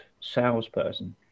salesperson